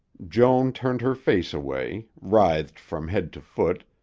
joan turned her face away, writhed from head to foot,